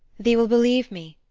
thee will believe me?